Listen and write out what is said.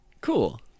Cool